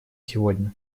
сегодня